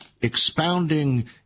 expounding